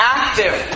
active